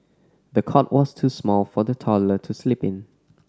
the cot was too small for the toddler to sleep in